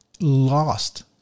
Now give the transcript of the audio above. lost